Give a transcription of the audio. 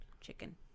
chicken